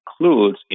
includes